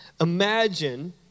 Imagine